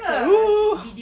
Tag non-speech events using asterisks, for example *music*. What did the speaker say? *noise*